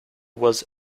was